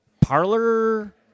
Parlor